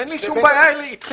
מי אדוני?